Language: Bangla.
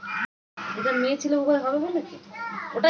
কোনো জিনিসের পরবর্তী দিনের মূল্যকে আমরা ফিউচার ভ্যালু বলি